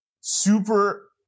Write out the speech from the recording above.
super